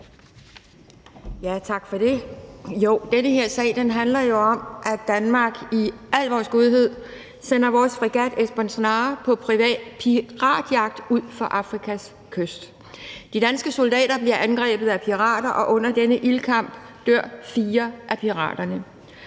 Tak for det. Den her sag handler jo om, at Danmark i al vores godhed sender vores fregat Esbern Snare på piratjagt ud for Afrikas kyst. De danske soldater bliver angrebet af pirater, og under denne ildkamp dør fire af piraterne.